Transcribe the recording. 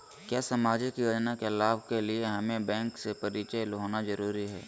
क्या सामाजिक योजना के लाभ के लिए हमें बैंक से परिचय होना जरूरी है?